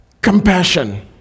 compassion